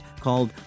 called